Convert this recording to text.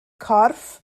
corff